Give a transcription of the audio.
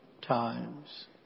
times